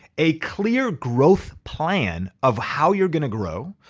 a clear growth plan of how you're gonna grow,